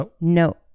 No